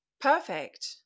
Perfect